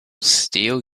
steel